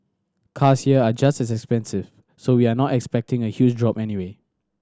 cars here are just expensive so we are not expecting a huge drop anyway